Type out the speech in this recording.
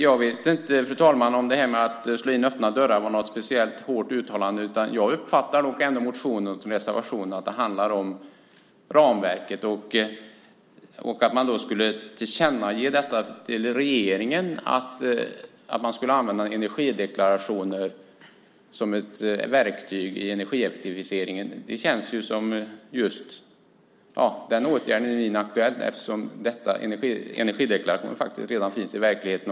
Jag vet inte, fru talman, om talet om att slå in öppna dörrar var ett speciellt hårt uttalande. Jag uppfattar nog ändå motionen och reservationen så att de handlar om ramverket och att man skulle tillkännage till regeringen att man skulle använda energideklarationer som verktyg i energieffektiviseringen. Den åtgärden är ju inaktuell eftersom energideklarationer faktiskt redan finns i verkligheten.